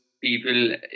people